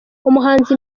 umuhanzi